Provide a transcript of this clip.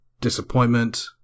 disappointment